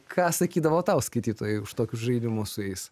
ką sakydavo tau skaitytojai už tokius žaidimus su jais